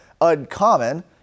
uncommon